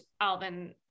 alvin